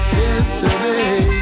yesterday